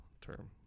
term